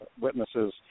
witnesses